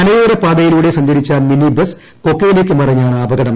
മലയോര പാതയിലൂടെ സഞ്ചരിച്ച മിനി ബസ്സ് കൊക്കയിലേക്ക് മറിഞ്ഞാണ് അപകടം